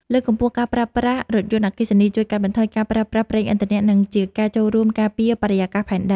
លើកកម្ពស់ការប្រើប្រាស់រថយន្តអគ្គិសនីជួយកាត់បន្ថយការប្រើប្រាស់ប្រេងឥន្ធនៈ និង ជាការចូលរួមការពារបរិយាកាសផែនដី។